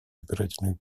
избирательных